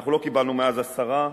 אנחנו לא קיבלנו מאז הסרה,